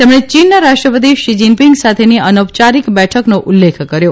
તેમણે ચીનના રાષ્ટ્રપતિ શી જીનપીંગ સાથેની અનૌપયારિક બેઠકનો ઉલ્લેખ કર્યો